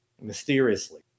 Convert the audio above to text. mysteriously